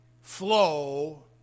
flow